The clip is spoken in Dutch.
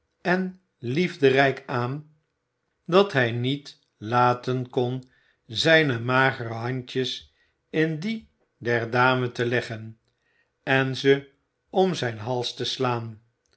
en liefderijk aan dat hij niet laten kon zijne magere handjes in die der dame te leggen en ze om zijn hals te slaan